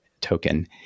token